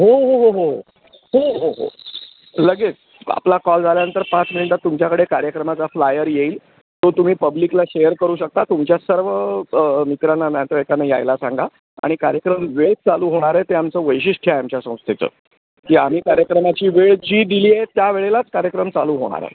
हो हो हो हो हो हो हो हो लगेच आपला कॉल झाल्यानंतर पाच मिनटात तुमच्याकडे कार्यक्रमाचा फ्लायर येईल तो तुम्ही पब्लिकला शेअर करू शकता तुमच्या सर्व मित्रांना नातेवाईकांना यायला सांगा आणि कार्यक्रम वेळेत चालू होणार आहे ते आमचं वैशिष्ट्य आहे आमच्या संस्थेचं की आम्ही कार्यक्रमाची वेळ जी दिली आहे त्या वेळेलाच कार्यक्रम चालू होणार आहे